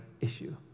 issue